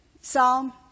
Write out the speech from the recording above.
psalm